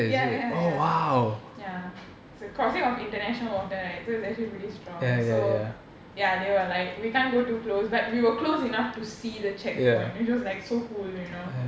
ya ya ya ya it's a crossing of international water right so it's actually pretty strong so ya they were like we can't go too close but we were close enough to see the checkpoint which was like so cool you know